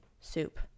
soup